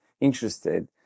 interested